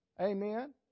amen